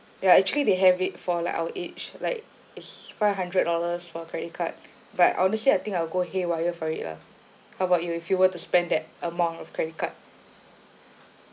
ya actually they have it for like our age like it's five hundred dollars for credit card but honestly I think I will go haywire for it lah how about you if you were to spend that amount of credit card